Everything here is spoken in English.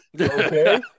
okay